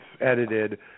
edited